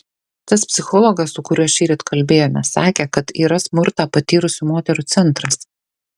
tas psichologas su kuriuo šįryt kalbėjome sakė kad yra smurtą patyrusių moterų centras